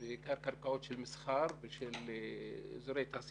האם כשאדם פותח תאגיד הוא יפתח במקום אחד ולא בשלושה מקומות.